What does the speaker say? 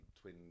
twin